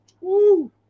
Woo